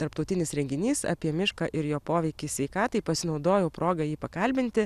tarptautinis renginys apie mišką ir jo poveikį sveikatai pasinaudojau proga jį pakalbinti